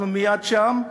אנחנו מייד שם,